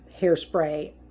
hairspray